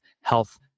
health